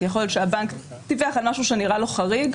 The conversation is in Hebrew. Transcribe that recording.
כי יכול להיות שהבנק דיווח על משהו שנראה לו חריג,